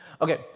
Okay